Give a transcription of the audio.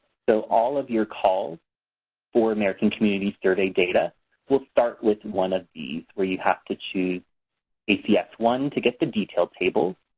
so all of your calls for american community survey data we'll start with one of these where you have to choose a c s one to get the detail table,